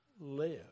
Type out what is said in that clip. live